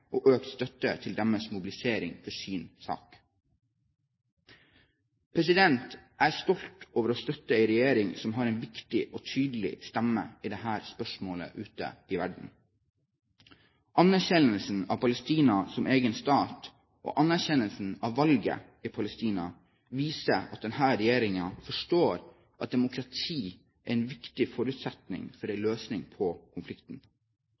for økt fokus på både de palestinske flyktningenes rettigheter, deres daglige utfordringer og støtten til deres mobilisering for sin sak. Jeg er stolt over å støtte en regjering som har en viktig og tydelig stemme i dette spørsmålet ute i verden. Anerkjennelsen av Palestina som en egen stat og anerkjennelsen av valget i Palestina viser at denne regjeringen forstår at demokrati er en viktig forutsetning for en løsning på